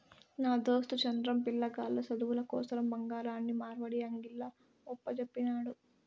నా దోస్తు చంద్రం, పిలగాల్ల సదువుల కోసరం బంగారాన్ని మార్వడీ అంగిల్ల ఒప్పజెప్పినాడు